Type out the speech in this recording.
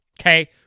Okay